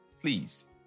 Please